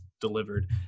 delivered